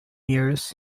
years